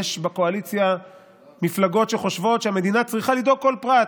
יש בקואליציה מפלגות שחושבות שהמדינה צריכה לדאוג לכל פרט.